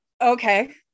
Okay